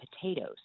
potatoes